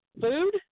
Food